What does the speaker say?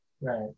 Right